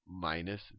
minus